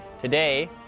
Today